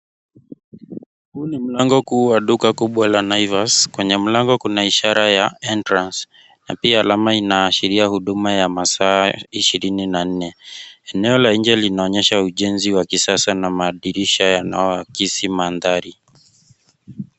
Huu ni mlango kuu wa duka kubwa la Naivas. Kwenye mlango kuna ishara ya (cs) entrance (cs) na pia alama inaashiria huduma ya masaa ishirini na nne. Eneo la nje linaonyesha ujenzi wa kisasa na madirisha yanayoakisi mandhari.